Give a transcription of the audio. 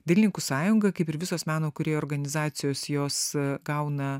dailininkų sąjungoje kaip ir visos meno kūrėjų organizacijos jos gauna